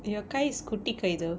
your கை:kai is குட்டி கையோ:kutti kaiyo